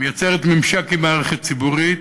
מייצרת ממשק עם מערכת ציבורית,